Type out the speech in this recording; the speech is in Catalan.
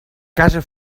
casa